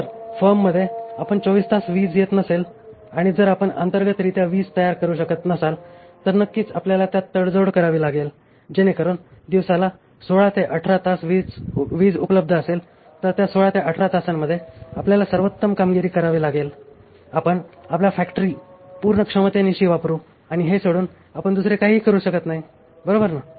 जर फर्ममध्ये 24 तास वीज येत नसेल आणि जर आपण अंतर्गतरित्या वीज तयार करु शकत नसाल तर नक्कीच आपल्याला त्यात तडजोड करावी लागेल जेणेकरुन दिवसाला १६ ते १८ तास वीज उपलब्ध असेल तर त्या १६ ते १८ तासांमध्ये आपल्याला सर्वोत्तम कामगिरी करावी लागेल आपण आपल्या फॅक्टरी पूर्ण क्षमतेनिशी वापरू आणि हे सोडून आपण दुसरे काहीही करू शकत नाही बरोबर ना